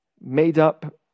made-up